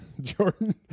Jordan